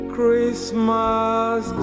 Christmas